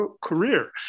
career